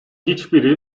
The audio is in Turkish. hiçbiri